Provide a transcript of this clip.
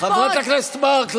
חברת הכנסת מארק,